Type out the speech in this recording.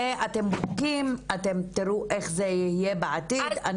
זה אתם בודקים, אתם תראו איך זה יהיה בעתיד.